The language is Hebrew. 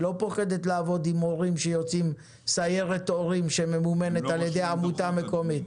היא לא פוחדת לעבוד עם סיירת הורים שממומנת ע"י עמותה מקומית.